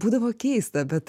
būdavo keista bet